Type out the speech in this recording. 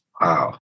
Wow